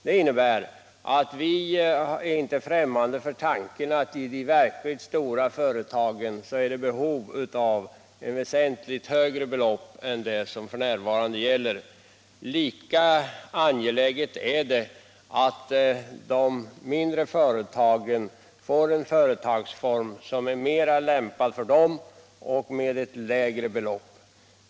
Det innebär att vi inte är främmande för tanken att det i de verkligt stora företagen finns behov av väsentligt högre belopp än de som f. n. gäller. Lika angeläget är det att de mindre företagen får en företagsform som är mera lämpad för dem och ett lägre minimikapital.